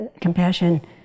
Compassion